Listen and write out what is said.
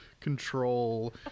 control